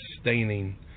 staining